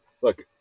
look